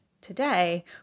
today